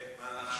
כן, מה עכשיו?